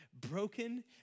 broken